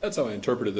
that's all interprete